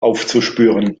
aufzuspüren